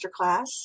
masterclass